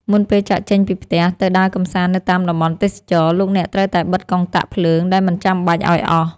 មុនពេលចាកចេញពីផ្ទះទៅដើរកម្សាន្តនៅតាមតំបន់ទេសចរណ៍ លោកអ្នកត្រូវតែបិទកុងតាក់ភ្លើងដែលមិនចាំបាច់ឱ្យអស់។